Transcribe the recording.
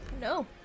No